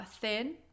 thin